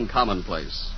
commonplace